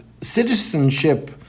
citizenship